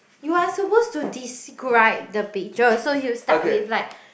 you are supposed to describe the picture so you start with like